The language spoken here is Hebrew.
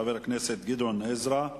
חבר הכנסת גדעון עזרא,